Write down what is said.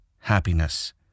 happiness